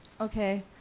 Okay